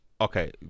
okay